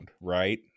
right